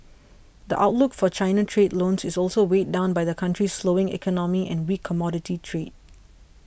the outlook for China trade loans is also weighed down by the country's slowing economy and weak commodity trade